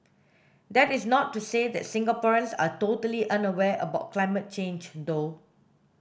that is not to say that Singaporeans are totally unaware about climate change though